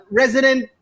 resident